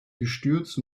gestürzt